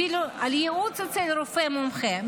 אפילו על ייעוץ אצל רופא מומחה.